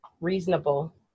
reasonable